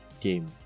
game